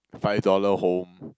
five dollar home